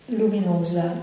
luminosa